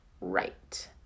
right